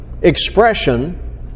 expression